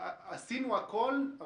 עשינו הכול,